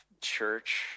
church